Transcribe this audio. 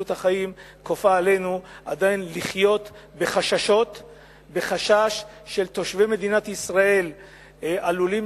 מציאות החיים כופה עלינו עדיין לחיות בחשש שתושבי מדינת ישראל עלולים